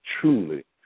truly